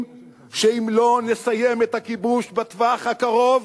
שאם לא נסיים את הכיבוש בטווח הקרוב